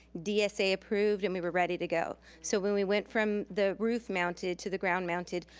dsa approved and we were ready to go. so when we went from the roof-mounted to the ground-mounted,